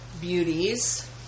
beauties